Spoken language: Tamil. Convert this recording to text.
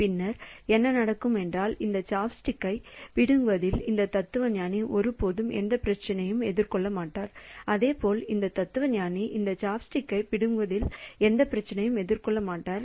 பின்னர் என்ன நடக்கும் என்றால் இந்த சாப்ஸ்டிக்கைப் பிடுங்குவதில் இந்த தத்துவஞானி ஒருபோதும் எந்தப் பிரச்சினையையும் எதிர்கொள்ள மாட்டார் அதேபோல் இந்த தத்துவஞானி இந்த சாப்ஸ்டிக்ஸைப் பிடுங்குவதில் எந்தப் பிரச்சினையையும் எதிர்கொள்ள மாட்டார்